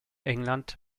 england